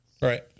Right